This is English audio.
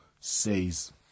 says